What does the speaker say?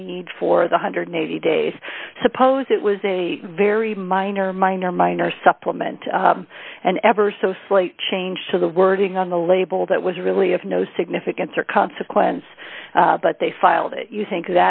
the need for the one hundred and eighty days suppose it was a very minor minor minor supplement an ever so slight change to the wording on the label that was really of no significance or consequence but they filed it you think